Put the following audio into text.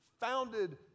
founded